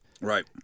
Right